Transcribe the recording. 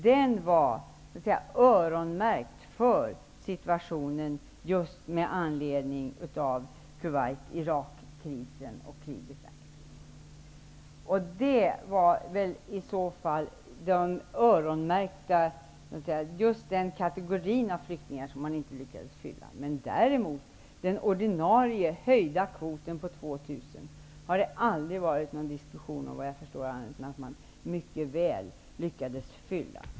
Den var öronmärkt för situationen just i samband med Kuwait--Irak-kriget. Man lyckades inte fylla kvoten med just den då aktuella kategorin av flyktingar. Däremot har det såvitt jag förstår aldrig varit någon diskussion om att man mycket väl lyckades fylla den höjda ordinarie kvoten om 2 000 personer.